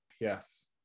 Yes